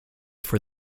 for